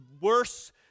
worse